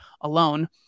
alone